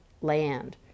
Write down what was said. land